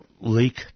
leak